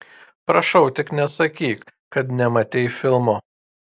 prašau tik nesakyk kad nematei filmo